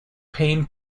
pain